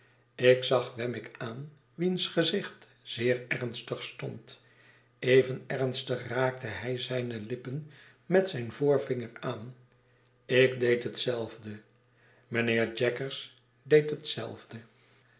ik zag wemmick aan wiens gezicht zeer ernstig stond even ernstig raakte hij zijne lippen met zijn voorvinger aan ik deed hetzelfde mij nheer jaggers deed hetzelfde